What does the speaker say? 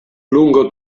lungo